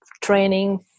training